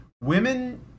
women